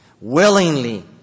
Willingly